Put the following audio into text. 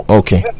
okay